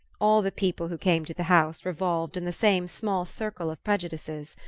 all the people who came to the house revolved in the same small circle of prejudices.